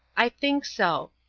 i think so.